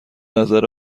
نظر